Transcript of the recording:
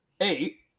eight